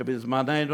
שבזמננו,